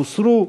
הוסרו.